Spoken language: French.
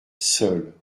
seul